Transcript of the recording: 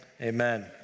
Amen